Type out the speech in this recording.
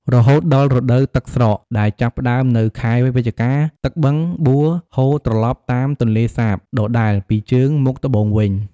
រហូតដល់រដូវទឹកស្រកដែល ចាប់ផ្តើមនៅខែវិច្ឆិកា ទឹកបឹងបួរហូរត្រឡប់តាមទន្លេសាបដដែលពីជើងមកត្បូងវិញ។